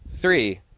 Three